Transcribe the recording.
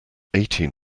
eighteen